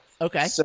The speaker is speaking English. Okay